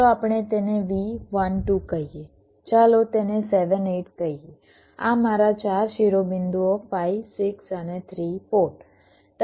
ચાલો આપણે તેને v 1 2 કહીએ ચાલો તેને 7 8 કહીએ આ મારા 4 શિરોબિંદુઓ 5 6 અને 3 4